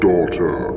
Daughter